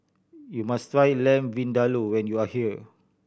you must try Lamb Vindaloo when you are here